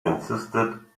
insisted